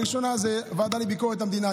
הראשונה היא הוועדה לביקורת המדינה.